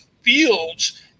fields